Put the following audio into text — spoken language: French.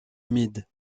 humides